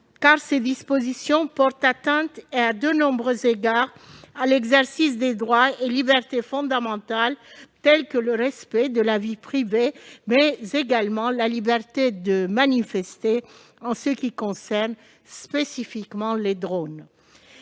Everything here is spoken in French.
car ces dispositions portent atteinte, à de nombreux égards, à l'exercice des droits et libertés fondamentales comme le respect de la vie privée, mais également la liberté de manifester- ce dernier point concerne spécifiquement les drones.